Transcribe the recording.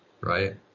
Right